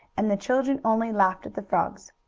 and the children only laughed at the frogs.